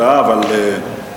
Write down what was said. אנחנו דוחים את זה.